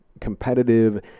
competitive